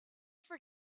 for